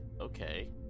Okay